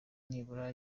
nibura